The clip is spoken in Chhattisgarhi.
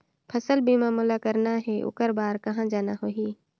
फसल बीमा मोला करना हे ओकर बार कहा जाना होही?